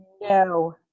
No